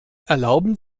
erlauben